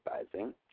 advising